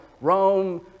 Rome